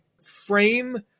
frame